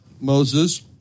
Moses